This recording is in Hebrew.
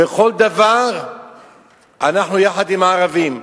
בכל דבר אנחנו יחד עם הערבים,